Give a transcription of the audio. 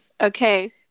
Okay